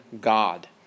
God